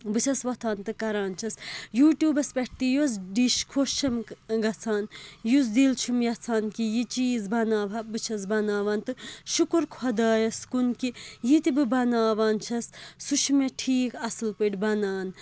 بہٕ چھَس وۄتھان تہٕ کَران چھَس یوٗٹیوٗب پٮ۪ٹھ تہِ یۄس ڈِش خۄش چھَم گَژھان یُس دِل چھُم یَژھان کہِ یہِ چیٖز بَناوہا بہٕ چھَس بَناوان تہٕ شُکُر خۄدایَس کُن کہِ یہِ تہِ بہٕ بَناوان چھَس سُہ چھُ مےٚ ٹھیٖک اَصٕل پٲٹھۍ بَنان